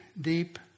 deep